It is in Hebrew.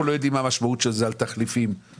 אנחנו לא יודעים מה המשמעות של זה על התחליפים למשל.